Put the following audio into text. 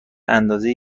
اندازه